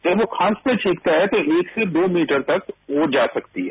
जब हम खांसते छिकते हैं तो एक से दो मौटर तक यो जा सकती है